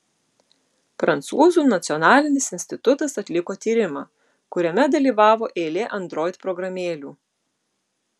prancūzų nacionalinis institutas atliko tyrimą kuriame dalyvavo eilė android programėlių